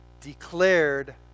declared